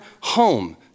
home